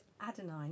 adenine